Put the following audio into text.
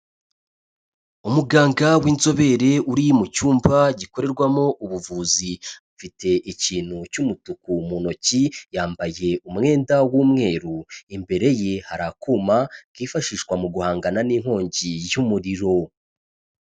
Umuganga w'inzobere uri mu cyumba gikorerwamo ubuvuzi, afite ikintu cy'umutuku mu ntoki, yambaye umwenda w'umweru, imbere ye hari akuma kifashishwa mu guhangana n'inkongi y'umuriro.